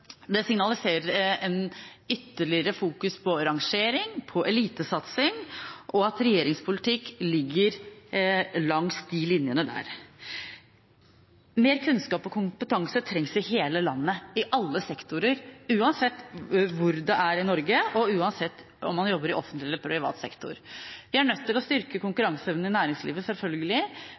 det signaliserer et ytterligere fokus på rangering, på elitesatsing, og at regjeringens politikk ligger langs de linjene der. Mer kunnskap og kompetanse trengs i hele landet, i alle sektorer, uansett hvor det er i Norge, og uansett om man jobber i offentlig eller i privat sektor. Vi er selvfølgelig nødt til å styrke